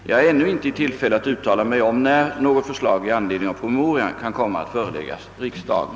Jag är ännu inte i tillfälle att uttala mig om när något förslag i anledning av promemorian kan komma att föreläggas riksdagen.